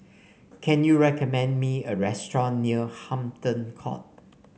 can you recommend me a restaurant near Hampton Court